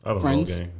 Friends